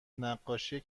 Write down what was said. نقاشی